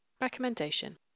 Recommendation